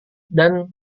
dan